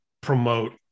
promote